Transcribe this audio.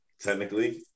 technically